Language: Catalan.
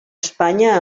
espanya